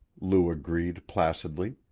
lou agreed placidly.